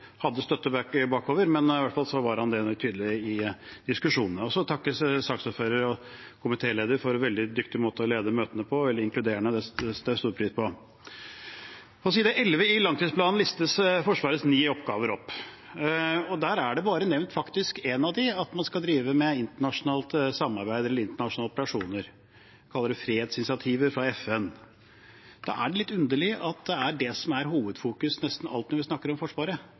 han var i hvert fall tydelig i diskusjonene. Jeg vil også takke saksordføreren/komitélederen for en veldig dyktig måte å lede møtene på, veldig inkluderende – det setter jeg stor pris på. På side 11 i langtidsplanen listes Forsvarets ni oppgaver opp, og det er faktisk bare nevnt i en av dem at man skal drive med internasjonalt samarbeid eller internasjonale operasjoner. Man kaller det fredsinitiativer fra FN. Da er det litt underlig at det er det som er hovedfokuset nesten alltid når vi snakker om Forsvaret,